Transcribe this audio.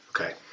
Okay